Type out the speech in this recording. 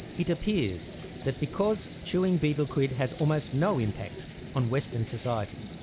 it appears that because chewing betel quid has almost no impact on western society,